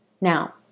Now